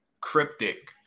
cryptic